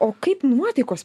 o kaip nuotaikos